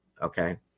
Okay